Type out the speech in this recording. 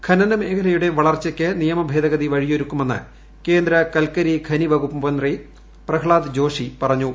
ഖനന മേഖലയുടെ വളർച്ചയ്ക്ക് നിയമ ഭേദഗതി വഴിയൊരുക്കുമെന്ന് കേന്ദ്ര കൽക്കരി ഖനി വകുപ്പ് മന്ത്രി പ്രഹ്ളാദ് ജോഷി പറഞ്ഞു